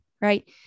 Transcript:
right